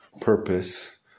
purpose